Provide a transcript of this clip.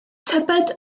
tybed